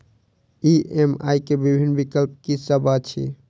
EMI केँ विभिन्न विकल्प की सब अछि